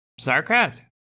starcraft